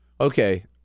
okay